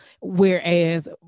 Whereas